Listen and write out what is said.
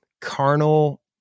carnal